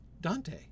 Dante